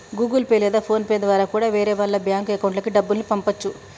Google Pay లేదా PhonePe ద్వారా కూడా వేరే వాళ్ళ బ్యేంకు అకౌంట్లకి డబ్బుల్ని పంపచ్చు